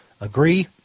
agree